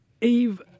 Eve